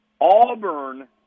Auburn